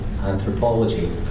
Anthropology